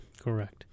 Correct